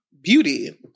beauty